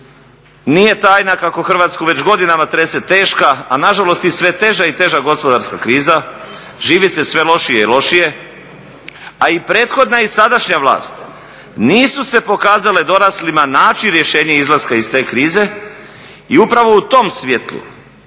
Nije tajna kako Hrvatsku već godinama trese teška, a nažalost i sve teža i teža gospodarska kriza, živi se sve lošije i lošije, a prethodna i sadašnja vlast nisu se pokazale doraslima naći rješenje izlaska iz te krize i upravo u tom svjetlu